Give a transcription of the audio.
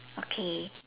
okay